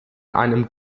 einem